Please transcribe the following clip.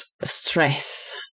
stress